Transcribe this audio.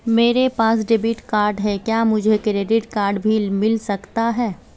मेरे पास debit card है क्या मुझे क्रेडिट कार्ड भी मिल सकता है?